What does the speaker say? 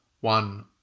one